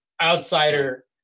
outsider